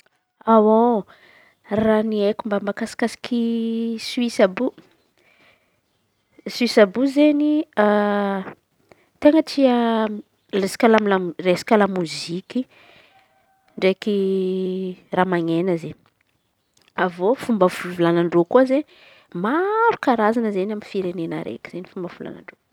Raha ny haiko mba mahakasikasy Soisy àby io. Soisy àby io izen̈y ten̈a tia resaky lamilaminy, resaky la moziky ndraiky raha maneno zay io. Avy eo fivolanan-dreo ko azeny maro Karazan̈a izen̈y amy firenena raiky io.